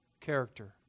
character